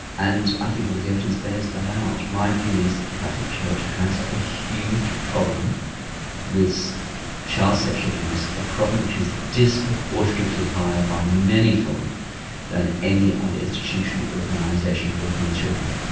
and i think all the evidence bears that out. my view is that the catholic church has a huge problem with child sexual abuse, a problem which is disproportionately higher by many fold than any other institution or organisation working with children.